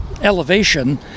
elevation